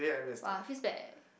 !wah! feels bad eh